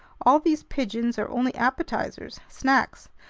all these pigeons are only appetizers, snacks.